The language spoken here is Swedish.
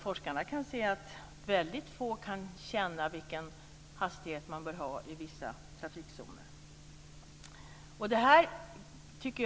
Forskarna kan se att väldigt få kan känna vilken hastighet man bör ha i vissa trafiksituationer.